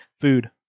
food